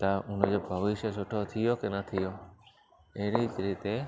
त उनजो भविष्य सुठो थी वियो कि न थी वियो अहिड़ी रीते